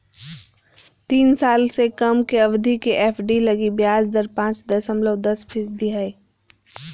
तीन साल से कम के अवधि के एफ.डी लगी ब्याज दर पांच दशमलब दस फीसदी हइ